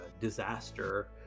disaster